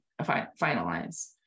finalize